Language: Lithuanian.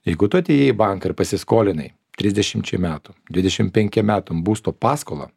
jeigu tu atėjai į banką ir pasiskolinai trisdešimčiai metų dvidešim penkiem metam būsto paskolą